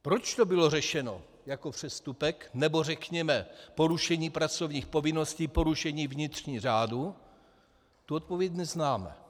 Proč to bylo řešeno jako přestupek, nebo řekněme porušení pracovních povinností, porušení vnitřních řádů, tu odpověď neznáme.